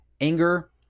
Anger